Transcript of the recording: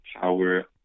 power